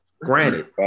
Granted